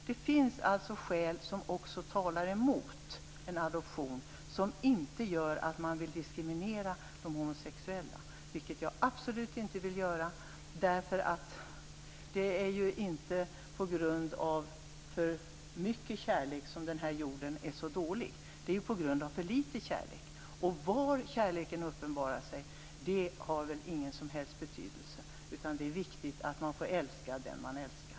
Det finns alltså skäl som talar emot en adoption, men därmed inte sagt att man vill diskriminera de homosexuella, vilket jag absolut inte vill göra. Det är ju inte på grund av för mycket kärlek som den här jorden är så dålig, det är på grund av för litet kärlek. Var kärleken uppenbarar sig har väl ingen som helst betydelse, utan det viktiga är att man får älska den som man älskar.